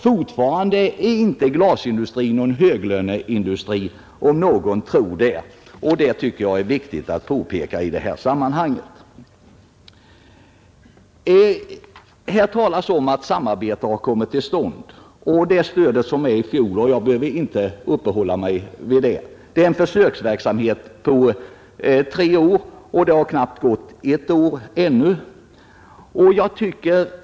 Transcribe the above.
Glasindustrin är alltså inte en höglöneindustri — om nu någon skulle tro det — och det tycker jag är viktigt att påpeka i detta sammanhang. Det har här talats om att ett samarbete har kommit i gång och om det stöd som gavs i fjol. Jag behöver inte uppehålla mig vid den saken — det gäller en försöksverksamhet på tre år, varav det har gått knappt ett år.